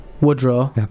Woodrow